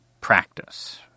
practice